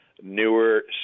Newer